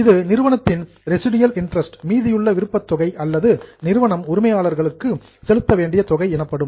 இது நிறுவனத்தின் residual interest மீதியுள்ள விருப்ப தொகை அல்லது என்டர்பிரைஸ் நிறுவனம் உரிமையாளர்களுக்கு செலுத்த வேண்டிய தொகை எனப்படும்